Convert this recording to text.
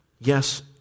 Yes